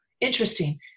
interesting